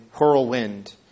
whirlwind